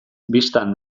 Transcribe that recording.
bistan